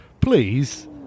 please